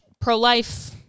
pro-life